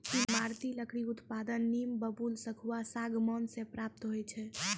ईमारती लकड़ी उत्पादन नीम, बबूल, सखुआ, सागमान से प्राप्त होय छै